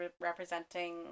representing